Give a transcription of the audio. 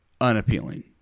unappealing